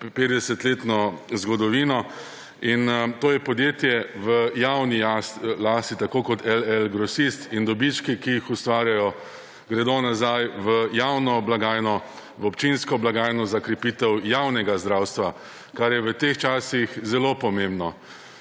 petdesetletno zgodovino. To je podjetje v javni lasti, tako kot LL Grosist, in dobički, ki jih ustvarjata, gredo nazaj v javno blagajno, v občinsko blagajno, za krepitev javnega zdravstva, kar je v teh časih zelo pomembno.